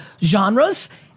genres